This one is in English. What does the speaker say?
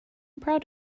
proud